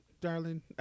Darling